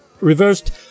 reversed